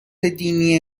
دینی